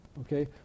Okay